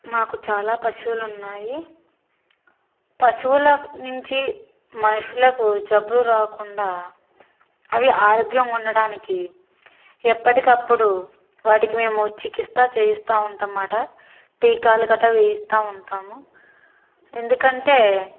నాకు చాలా పశువులు ఉన్నాయి పశువుల నుంచి మనుషులకు జబ్బులు రాకుండా అవి ఆరోగ్యం ఉండడానికి ఎప్పటికప్పుడు వాటికి మేము చికిత్స చేయిస్తూ ఉంటాము అనమాట టీకాలు గట్ట వేయిస్తూ ఉంటాము ఎందుకంటే